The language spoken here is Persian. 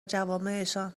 جوامعشان